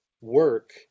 work